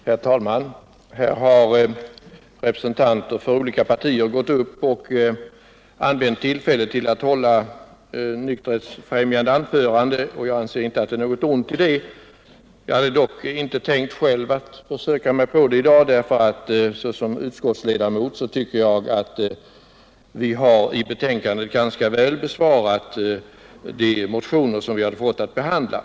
Herr talman! Här har nu representanter för olika partier använt tillfället att hålla nykterhetsfrämjande anföranden, och jag anser det inte vara något Ont i det, även om jag inte själv har tänkt försöka mig på det i dag. Som utskottsledamot tycker jag att vi i betänkandet har ganska väl be svarat de motioner vi haft att behandla.